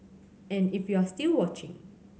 and if you're still watching